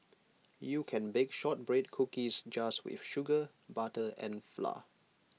you can bake Shortbread Cookies just with sugar butter and flour